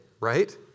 right